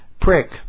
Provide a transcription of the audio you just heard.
prick